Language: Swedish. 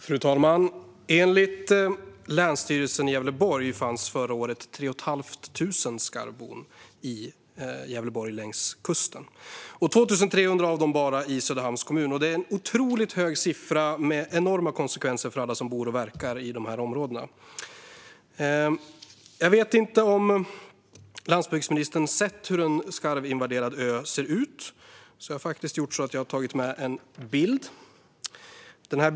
Fru talman! Enligt länsstyrelsen i Gävleborg fanns det förra året 3 500 skarvbon längs Gävleborgskusten. 2 300 av dem fanns i Söderhamns kommun. Det är en otroligt hög siffra. Detta innebär enorma konsekvenser för alla som bor och verkar i dessa områden. Jag vet inte om landsbygdsministern sett hur en skarvinvaderad ö ser ut, så jag har tagit med mig en bild.